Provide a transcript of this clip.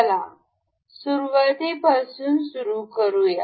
चला सुरुवातीपासून सुरू करूया